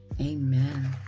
Amen